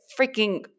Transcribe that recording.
freaking